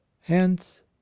hence